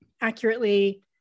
accurately